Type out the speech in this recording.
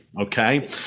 okay